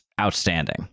outstanding